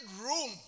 room